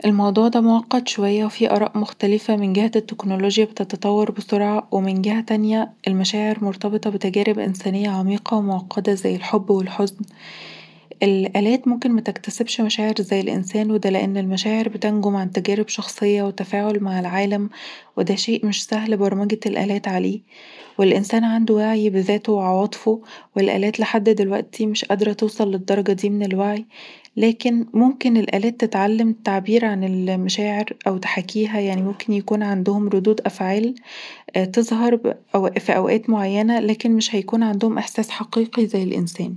الموضوع ده معقد شوية، وفيه آراء مختلفة. من جهة، التكنولوجيا بتتطور بسرعة ومن جهة تانيهالمشاعر مرتبطة بتجارب إنسانية عميقة ومعقدة، زي الحب، الحزن، الآلات ممكن متكتسبش مشاعر وده لأنالمشاعر بتنجم عن تجارب شخصية وتفاعل مع العالم، وده شيء مش سهل برمجة الآلات عليه، والإنسان عنده وعي بذاته وعواطفه، والآلات لحد دلوقتي مش قادرة توصل للدرجة دي من الوعي، لكن ممكن الآلات تتعلم التعبير عن المشاعر أو تحاكيها، يعني ممكن يكون عندهم ردود أفعال تُظهر في اوقات معينة، لكن مش هيكون عندهم إحساس حقيقي زي الإنسان